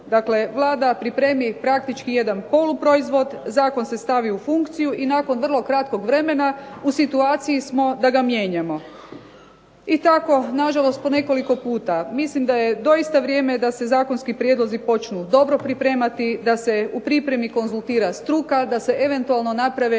Dakle, Vlada pripremi praktički jedan poluproizvod, zakon se stavi u funkciju i nakon vrlo kratkog vremena u situaciji smo da ga mijenjamo i tako nažalost po nekoliko puta. Mislim da je doista vrijeme da se zakonski prijedlozi počnu dobro pripremati, da se u pripremi konzultira struka, da se eventualno naprave